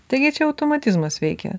taigi čia automatizmas veikia